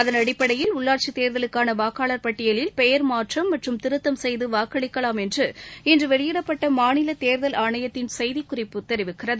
அதன் அடிப்படையில் உள்ளாட்சி தேர்தலுக்கான வாக்காளர் பட்டியலில் பெயர் மாற்றம் மற்றும் திருத்தம் செய்து வாக்களிக்கலாம் என்று இன்று வெளியிடப்பட்ட மாநில தேர்தல் ஆணையத்தின் செய்திக்குறிப்பு தெரிவிக்கிறது